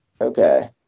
Okay